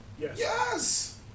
Yes